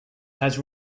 has